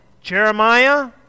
Jeremiah